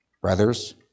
Brothers